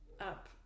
up